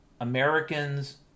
Americans